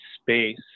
space